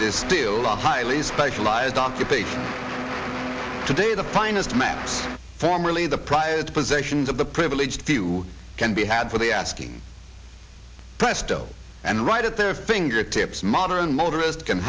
it is still a highly specialized occupation today the finest men formerly the prior possessions of the privileged few can be had for the asking presto and right at their fingertips modern motorists can